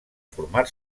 formar